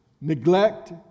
neglect